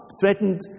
threatened